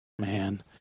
man